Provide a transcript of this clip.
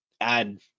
add